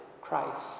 Christ